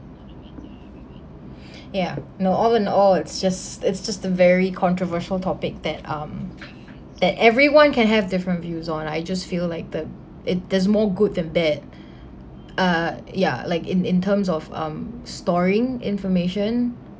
ya no all in all it's just it's just a very controversial topic that um that everyone can have different views on I just feel like that it does more good than bad uh ya like in in terms of um storing information